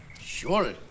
Sure